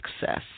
Success